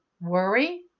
worry